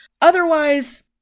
Otherwise